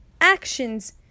actions